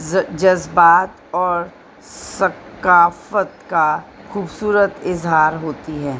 جذبات اور ثکافت کا خوبصورت اظہار ہوتی ہے